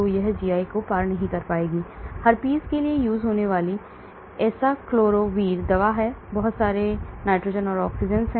तो यह GI पार नहीं करता है Herpes के लिए एसाइक्लोविर दवा है बहुत सारे नाइट्रोजेन और ऑक्सीजेंस